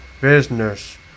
business